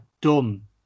done